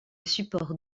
support